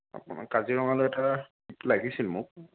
আপোনাৰ কাজিৰঙালৈ লাগিছিল মোক